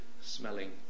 smelling